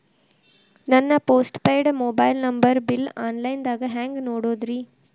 ನನ್ನ post paid mobile number bill, online ದಾಗ ಹ್ಯಾಂಗ್ ನೋಡೋದ್ರಿ?